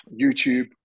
YouTube